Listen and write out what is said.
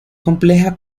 compleja